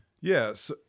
Yes